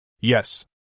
Yes